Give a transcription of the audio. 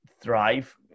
thrive